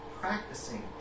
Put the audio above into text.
practicing